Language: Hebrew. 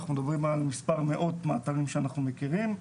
אנחנו מדברים על מספר מאות מאתרים שאנחנו מכירים,